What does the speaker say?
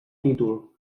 títol